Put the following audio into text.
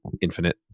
infinite